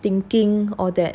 thinking all that